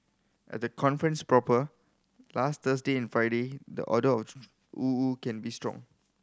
at the conference proper last Thursday and Friday the odour of woo woo can be strong